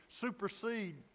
supersede